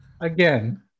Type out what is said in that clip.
Again